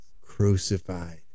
crucified